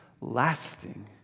lasting